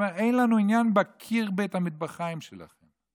שאומר: אין לנו עניין בקיר בית המטבחיים שלכם.